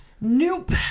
Nope